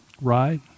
right